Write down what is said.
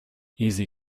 easy